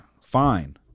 fine